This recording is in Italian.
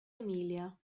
emilia